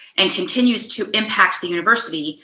and continues to impact the university,